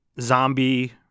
zombie